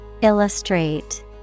Illustrate